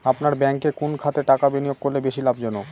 আপনার ব্যাংকে কোন খাতে টাকা বিনিয়োগ করলে বেশি লাভজনক?